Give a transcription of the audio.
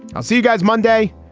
i'll see you guys monday.